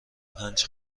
پنج